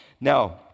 Now